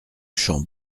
champ